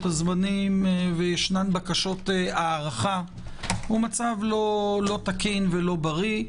הזמנים ויש בקשות הארכה הוא לא תקין ולא בריא.